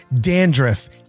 dandruff